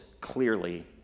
clearly